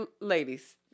ladies